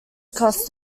costs